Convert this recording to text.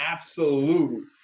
absolute